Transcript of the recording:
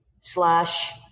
slash